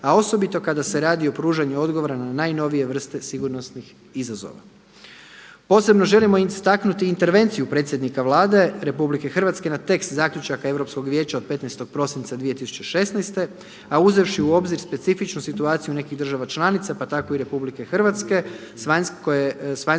a osobito kada se radi o pružanju odgovora na najnovije vrste sigurnosnih izazova. Posebno želimo istaknuti intervenciju predsjednika Vlade RH na tekst zaključaka Europskog vijeća od 15. prosinca 2016. a uzevši u obzir specifičnu situaciju nekih država članica pa tako i RH koje s vanjskim